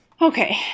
Okay